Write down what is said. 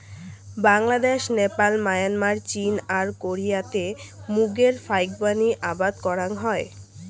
Bangladesh, Nepal, Myanmar, চীন আর কোরিয়াত মুগের ফাইকবানী আবাদ করাং হই